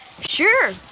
Sure